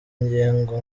ngingo